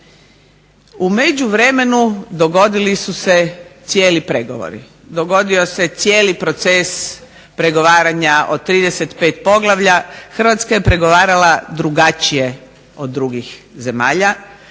U međuvremenu dogodili su se cijeli pregovori, dogodio se cijeli proces pregovaranja od 35 poglavlja. Hrvatska je pregovarala drugačije od drugih zemalja.